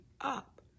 up